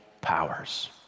powers